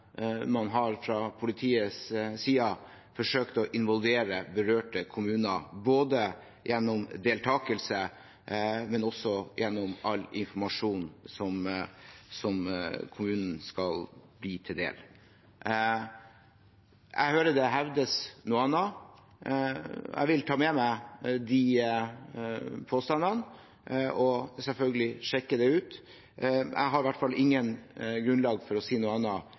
man fra politiets side har forsøkt å involvere berørte kommuner, både gjennom deltakelse og gjennom all informasjon som skal bli kommunen til del. Jeg hører det hevdes noe annet. Jeg vil ta med meg de påstandene og selvfølgelig sjekke det ut. Jeg har i hvert fall ikke noe grunnlag for å si noe